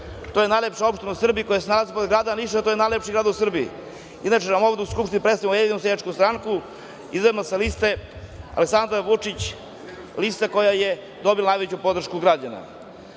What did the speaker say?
To je najlepša opština u Srbiji, koja se nalazi kod grada Niša, a to je najlepši grad u Srbiji. Inače, ovde u Skupštini predstavljam Ujedinjenu seljačku stranku i ujedno sa liste Aleksandar Vučić, lista koja je dobila najveću podršku